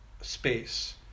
space